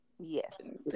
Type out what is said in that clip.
yes